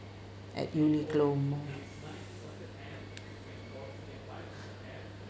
at Uniqlo more